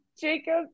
Jacob